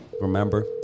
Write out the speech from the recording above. Remember